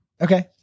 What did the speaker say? Okay